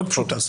מאוד פשוטה.